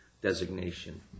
designation